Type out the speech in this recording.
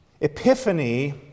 Epiphany